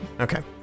Okay